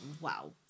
Wow